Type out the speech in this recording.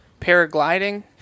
Paragliding